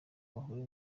bahuye